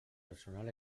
personal